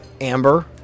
Amber